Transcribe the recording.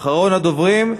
אחרון הדוברים.